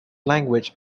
language